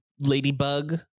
ladybug